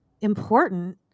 important